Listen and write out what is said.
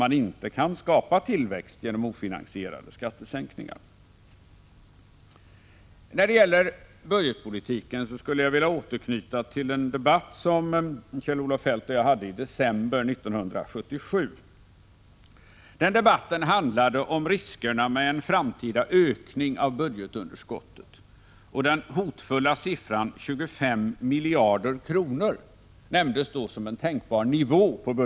man inte kan skapa tillväxt genom ofinansierade skattesänkningar. När det gäller budgetpolitiken skulle jag vilja återknyta till en debatt som Kjell-Olof Feldt och jag hade i december 1977. Den debatten handlade om riskerna med en framtida ökning av budgetunderskottet, och den hotfulla siffran 25 miljarder kronor nämndes då som en tänkbar nivå.